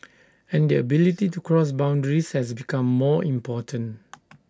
and the ability to cross boundaries has become more important